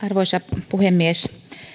arvoisa puhemies